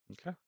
Okay